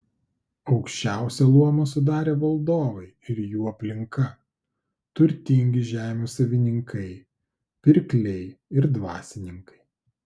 aukščiausią luomą sudarė valdovai ir jų aplinka turtingi žemių savininkai pirkliai ir dvasininkai